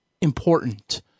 important